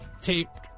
taped